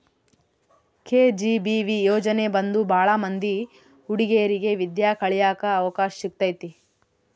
KGBV ಯೋಜನೆ ಬಂದು ಭಾಳ ಮಂದಿ ಹುಡಿಗೇರಿಗೆ ವಿದ್ಯಾ ಕಳಿಯಕ್ ಅವಕಾಶ ಸಿಕ್ಕೈತಿ